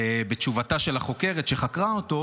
ובתשובתה של החוקרת שחקרה אותו,